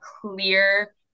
clear